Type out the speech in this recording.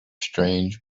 strange